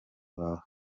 bawe